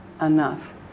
enough